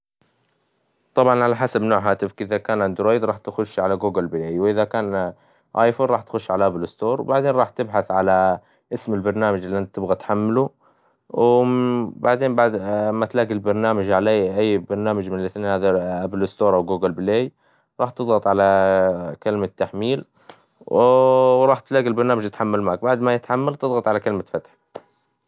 طبعاً على حسب نوع هاتفك ،إذا كان أندرويد راح تخش على جوجل بلآى ، إذا كان أيفون راح تخش على الآب ستور وبعدين راح تبحث على اسم البرنامج الى أنت تبغى تحمله ، و ام- وبعدين أما تلاقى البرنامج عليه أى برنامج من الأثنين هادا اللآب ستور أو الجوجل بلآى ، راح تظغط على كلمة تحميل، و راح تلاقى البرنامج أتحمل معاك بعد ما يتحمل تظعط على كلمة فتح.